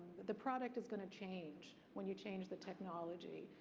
the product is going to change when you change the technology,